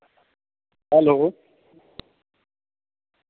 hello